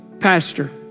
pastor